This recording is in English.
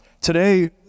today